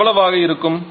இது எவ்வளவாக இருக்கும்